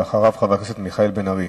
ואחריו, חבר הכנסת מיכאל בן-ארי.